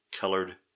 colored